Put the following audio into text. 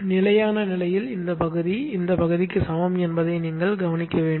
நிலையான நிலையில் இந்த பகுதி இந்த பகுதிக்கு சமம் என்பதை நீங்கள் கவனிக்க வேண்டும்